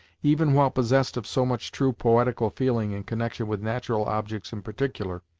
even while possessed of so much true poetical feeling in connection with natural objects in particular,